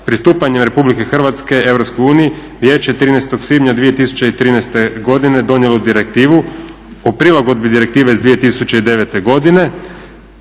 pristupanje RH EU Vijeće je 13.svibnja 2013.godine donijelo Direktivu o prilagodbi Direktive iz 2009.godine